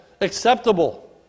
acceptable